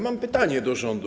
Mam pytanie do rządu.